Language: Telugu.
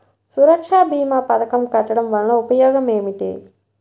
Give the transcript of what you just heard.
సురక్ష భీమా పథకం కట్టడం వలన ఉపయోగం ఏమిటి?